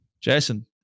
Jason